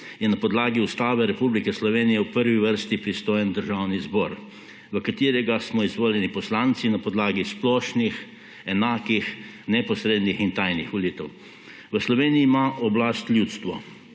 je na podlagi Ustave Republike Slovenije v prvi vrsti pristojen Državni zbor, v katerega smo izvoljeni poslanci na podlagi splošnih, enakih, neposrednih in tajnih volitev. V Sloveniji ima oblast ljudstvo,